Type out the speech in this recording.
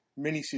miniseries